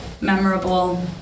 Memorable